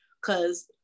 Cause